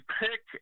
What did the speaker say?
pick